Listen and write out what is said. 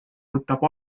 võtab